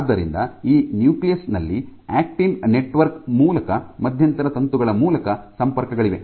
ಆದ್ದರಿಂದ ಈ ನ್ಯೂಕ್ಲಿಯಸ್ ನಲ್ಲಿ ಆಕ್ಟಿನ್ ನೆಟ್ವರ್ಕ್ ಮೂಲಕ ಮಧ್ಯಂತರ ತಂತುಗಳ ಮೂಲಕ ಸಂಪರ್ಕಗಳಿವೆ